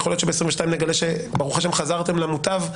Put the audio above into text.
יכול להיות שב-2022 נגלה שחזרתם למוטב,